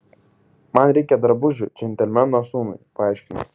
man reikia drabužių džentelmeno sūnui paaiškinau